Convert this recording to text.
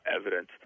evidence